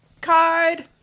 Card